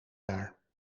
jaar